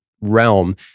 realm